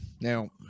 Now